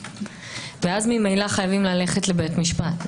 ואז ממילא חייבים ללכת לבית משפט.